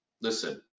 listen